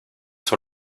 sur